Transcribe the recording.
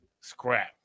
scrap